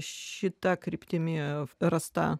šita kryptimi rasta